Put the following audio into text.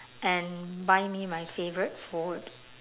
and buy me my favourite food